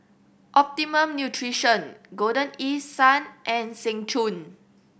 Optimum Nutrition Golden East Sun and Seng Choon